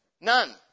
None